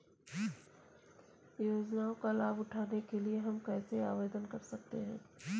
योजनाओं का लाभ उठाने के लिए हम कैसे आवेदन कर सकते हैं?